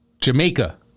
Jamaica